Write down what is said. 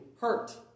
hurt